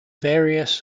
various